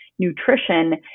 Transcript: nutrition